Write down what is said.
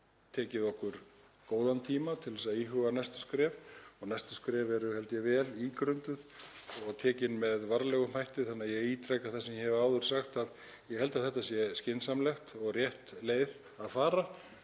tekið okkur góðan tíma til að íhuga næstu skref. Næstu skref eru held ég vel ígrunduð og tekin með varlegum hætti. Ég ítreka það sem ég hef áður sagt, að ég held að þetta sé skynsamleg og rétt leið að fara